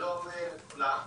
שלום לכולם.